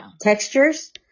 textures